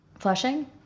flushing